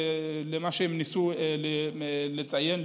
למה שהם ניסו לציין,